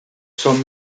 son